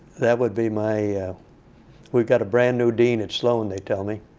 that would be my we've got a brand new dean at sloan, they tell me.